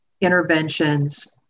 interventions